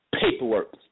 Paperwork